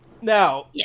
now